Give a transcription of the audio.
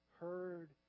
heard